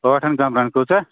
ٲٹھن کَمرَن کۭژاہ